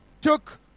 took